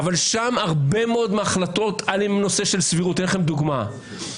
אני אתן לכם דוגמה,